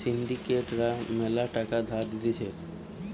syndicate রা ম্যালা টাকা ধার দিতেছে